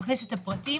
מכניס את הפרטים,